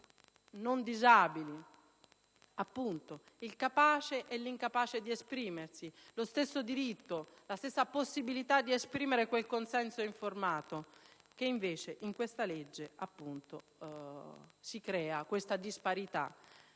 non disabili (appunto i capaci e i non capaci di esprimersi), lo stesso diritto, la stessa possibilità di esprimere quel consenso informato. Invece, in questa legge si crea tale disparità.